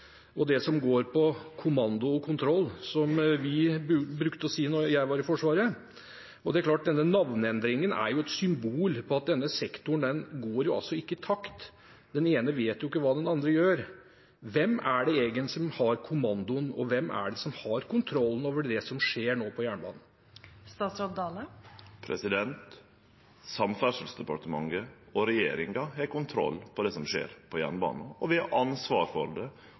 og det som går på kommando og kontroll, som vi brukte å si da jeg var i Forsvaret. Det er klart at denne navneendringen er et symbol på at denne sektoren ikke går i takt – den ene vet ikke hva den andre gjør. Hvem er det egentlig som har kommandoen, og hvem er det som har kontrollen over det som nå skjer på jernbanen? Samferdselsdepartementet og regjeringa har kontroll på det som skjer på jernbana, og vi har ansvar for det